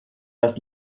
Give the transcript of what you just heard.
das